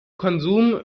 konsum